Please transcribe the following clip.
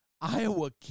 Iowa